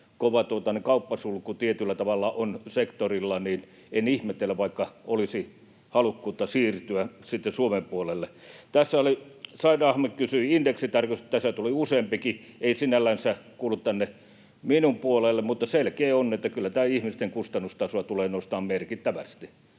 kova kauppasulku tietyllä tavalla on sektorilla, niin en ihmettele, vaikka olisi halukkuutta siirtyä sitten Suomen puolelle. Tässä Said Ahmed kysyi indeksitarkistuksesta — tässä tuli useampikin. Tämä ei sinällänsä kuulu tänne minun puolelleni, mutta selkeää on, että kyllä tämä ihmisten kustannustasoa tulee nostamaan merkittävästi